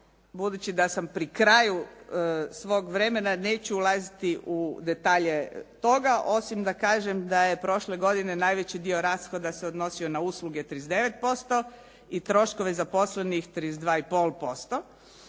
Budući da sam pri kraju svog vremena neću ulaziti u detalje toga, osim da kažem da je prošle godine najveći dio rashoda se odnosio na usluge 39% i troškove zaposlenih 32,5%.